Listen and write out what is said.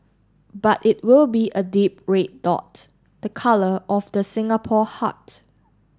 but it will be a deep red dot the colour of the Singapore heart